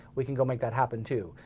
we can go make that happen too.